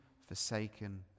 forsaken